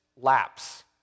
Lapse